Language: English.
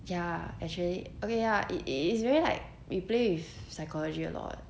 ya actually okay ya it is really like you play with psychology a lot